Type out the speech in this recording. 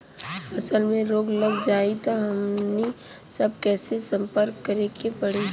फसल में रोग लग जाई त हमनी सब कैसे संपर्क करें के पड़ी?